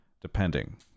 depending